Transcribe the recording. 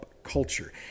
culture